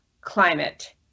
climate